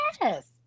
yes